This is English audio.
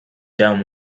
damn